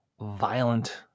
violent